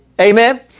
Amen